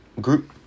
group